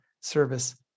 service